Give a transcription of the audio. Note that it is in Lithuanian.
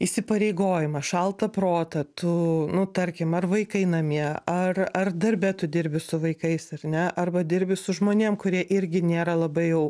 įsipareigojimą šaltą protą tu nu tarkim ar vaikai namie ar ar darbe tu dirbi su vaikais ar ne arba dirbi su žmonėm kurie irgi nėra labai jau